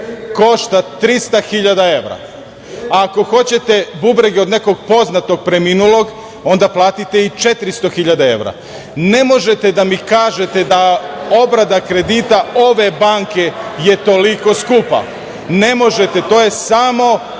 košta 300.000 evra, a ako hoćete bubrege od nekog poznatog preminulog, onda platite i 400.000 evra. Ne možete da mi kažete da obrada kredita ove banke je toliko skupa. Ne možete. To je samo